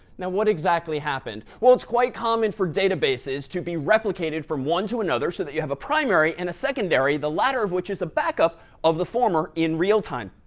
now what exactly happened? well, it's quite common for databases to be replicated from one to another so that you have a primary and a secondary, the latter of which is a backup of the former in real time.